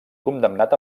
condemnat